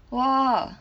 !wah!